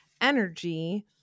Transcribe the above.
energy